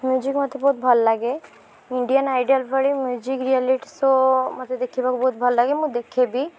music ମୋତେ ବହୁତ ଭଲ ଲାଗେ ଇଣ୍ଡିଆନ୍ ଆଇଡ଼ିଆଲ୍ ଭଳି ମ୍ୟୁଜିକ୍ ରିଏଲିଟି ଶୋ ମୋତେ ଦେଖିବାକୁ ବହୁତ ଭଲ ଲାଗେ ମୁଁ ଦେଖେ ବି